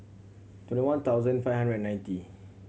twenty one thousand five hundred and ninety